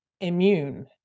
immune